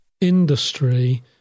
industry